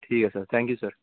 ठीक ऐ sir thank you sir